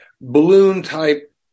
balloon-type